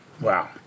Wow